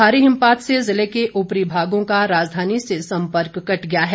भारी हिमपात से जिले के उपरी भागों का राजधानी से सम्पर्क कट गया है